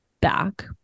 back